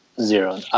Zero